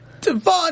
Devon